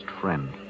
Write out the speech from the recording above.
friend